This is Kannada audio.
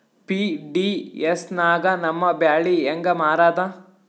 ಪಿ.ಡಿ.ಎಸ್ ನಾಗ ನಮ್ಮ ಬ್ಯಾಳಿ ಹೆಂಗ ಮಾರದ?